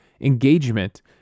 engagement